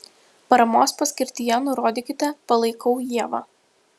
paramos paskirtyje nurodykite palaikau ievą